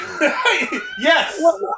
Yes